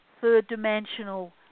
third-dimensional